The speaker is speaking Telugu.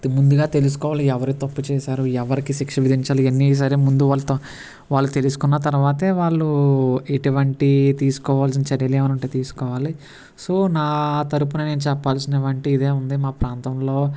ముందుగా తెలుసుకోవాలి ఎవరి తప్పు చేసారు ఎవరికి శిక్ష విధించాలి ఎన్ని సరే ముందు వాళ్ళతో వాళ్ళు తెలుసుకున్న తరువాతే వాళ్ళు ఎటువంటి తీసుకోవలసిన చర్యలేమైనా ఉంటే తీసుకోవాలి సో నా తరుపున నేను చెప్పాల్సినవి ఏంటంటే ఇదే ఉంది మా ప్రాంతంలో